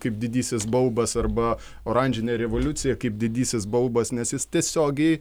kaip didysis baubas arba oranžinė revoliucija kaip didysis baubas nes jis tiesiogiai